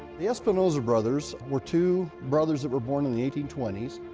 the espinosa brothers were two brothers that were born in the eighteen twenty s.